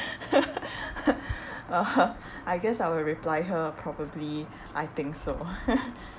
uh I guess I will reply her probably I think so